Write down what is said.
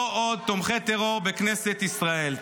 לא עוד תומכי טרור בכנסת ישראל.